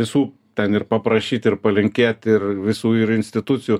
visų ten ir paprašyt ir palinkėt ir visų ir institucijų